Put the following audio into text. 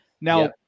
Now